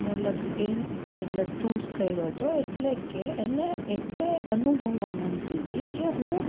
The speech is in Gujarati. મતલબ એન મતલબ ચૂસ કર્યો તો એટલે કે એને એટલે અનુભવવા માંગતી તી કે હું